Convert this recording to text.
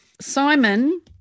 Simon